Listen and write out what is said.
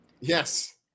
yes